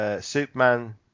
Superman